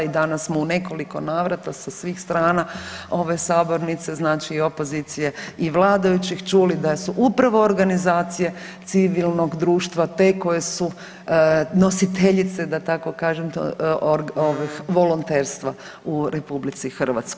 I danas smo u nekoliko navrata sa svih strana ove sabornice i opozicije i vladajućih čuli da su upravo organizacije civilnog društva te koje su nositeljice da tako kažem volonterstva u RH.